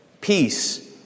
Peace